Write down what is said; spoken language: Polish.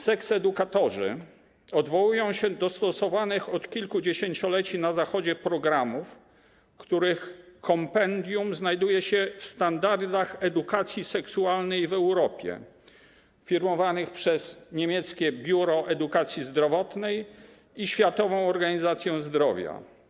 Seksedukatorzy odwołują się do stosowanych od kilku dziesięcioleci na Zachodzie programów, których kompendium znajduje się w standardach edukacji seksualnej w Europie, firmowanych przez niemieckie biuro ds. edukacji zdrowotnej i Światową Organizację Zdrowia.